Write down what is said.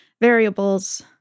variables